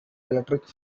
electric